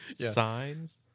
Signs